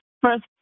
First